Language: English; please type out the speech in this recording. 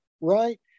right